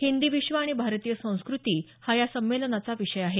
हिंदी विश्व आणि भारतीय संस्कृती हा या संमेलनाचा विषय आहे